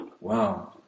Wow